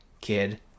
kid